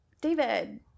David